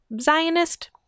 Zionist